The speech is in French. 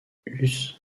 huss